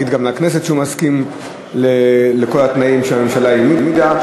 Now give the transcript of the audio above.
הוא יגיד גם לכנסת שהוא מסכים לכל התנאים שהממשלה העמידה.